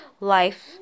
life